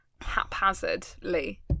haphazardly